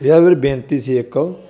ਯਾਰ ਵੀਰ ਬੇਨਤੀ ਸੀ ਇੱਕ